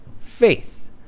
faith